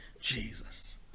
Jesus